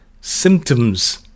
Symptoms